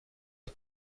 der